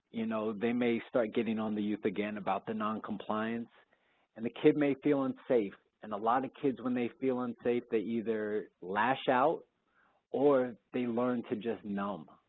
you know they may start getting on the youth, again, about the noncompliance and the kid may feel unsafe and a lot of kids when they feel unsafe they either lash out or they learn to just numb,